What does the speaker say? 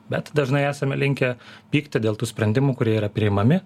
bet dažnai esame linkę pykti dėl tų sprendimų kurie yra priimami